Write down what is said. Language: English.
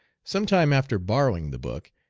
some time after borrowing the book,